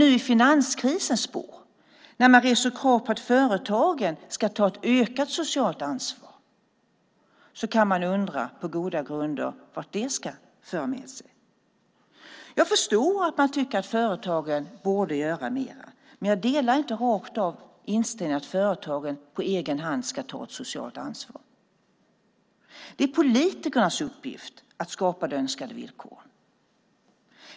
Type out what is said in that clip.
Nu i finanskrisens spår när man reser krav på att företagen ska ta ett ökat socialt ansvar kan man på goda grunder undra vad det ska föra med sig. Jag förstår att man tycker att företagen borde göra mer. Men jag delar inte rakt av inställningen att företagen på egen hand ska ta ett socialt ansvar. Det är politikernas uppgift att skapa de önskade villkoren.